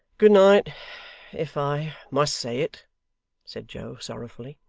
good night if i must say it said joe, sorrowfully.